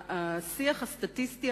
השיח הסטטיסטי,